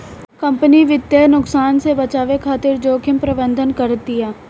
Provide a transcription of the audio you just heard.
company वित्तीय नुकसान से बचे खातिर जोखिम प्रबंधन करतिया